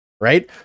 right